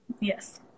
Yes